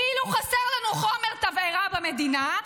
כאילו חסר לנו חומר תבערה במדינה,